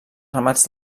ramats